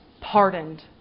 pardoned